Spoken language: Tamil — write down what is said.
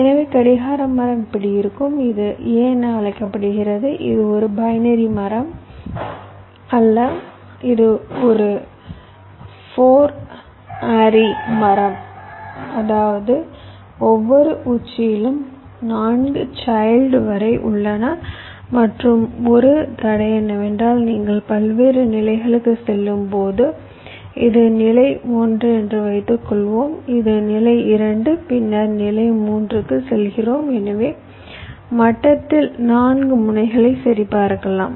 எனவே கடிகார மரம் இப்படி இருக்கும் இது a என அழைக்கப்படுகிறது இது ஒரு பைனரி மரம் அல்ல இது 4 ஆரி மரம் அதாவது ஒவ்வொரு உச்சியிலும் 4 சைல்ட் வரை உள்ளன மற்றும் 1 தடை என்னவென்றால் நீங்கள் பல்வேறு நிலைகளுக்கு செல்லும்போது இது நிலை 1 என்று வைத்துக்கொள்வோம் இது நிலை 2 பின்னர் நிலை 3க்கு செல்கிறோம் எனவே மட்டத்தில் 4 முனைகளை சரிபார்க்கலாம்